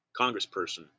congressperson